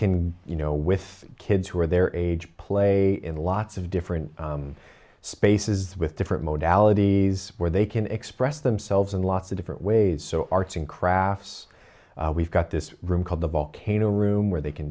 can you know with kids who are their age play in lots of different spaces with different modes ality where they can express themselves in lots of different ways so arts and crafts we've got this room called the volcano room where they can